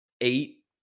eight